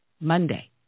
Monday